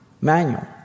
manual